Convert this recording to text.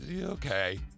okay